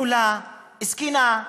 חולה, זקנה,